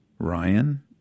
Ryan